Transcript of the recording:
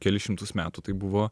kelis šimtus metų tai buvo